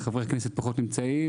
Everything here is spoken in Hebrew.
חברי הכנסת פחות נמצאים.